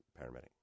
paramedic